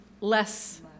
less